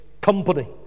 company